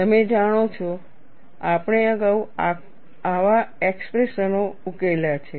તમે જાણો છો આપણે અગાઉ આવા એક્સપ્રેશનઓ ઉકેલી છે